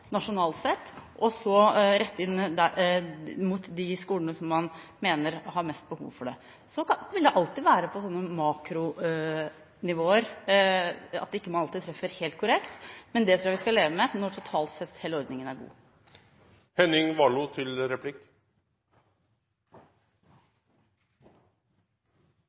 nasjonalt sett, og så rette det mot de skolene som man mener har mest behov for det. Så vil det alltid være slik at man på makronivåer ikke alltid treffer helt korrekt, men det tror jeg vi skal leve med når hele ordningen totalt sett er